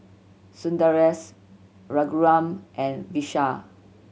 Sundaresh Raghuram and Vishal